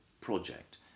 project